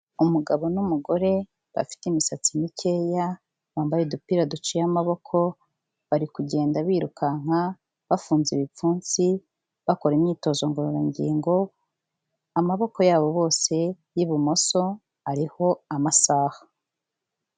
Umugabo n'umugore bafite imisatsi mikeya, bambaye udupira duciye amaboko, bari kugenda birukanka, bafunze ibipfunsi, bakora imyitozo ngororangingo, amaboko yabo bose y'ibumoso ariho amasaha.